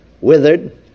withered